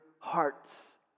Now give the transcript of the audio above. hearts